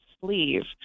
sleeve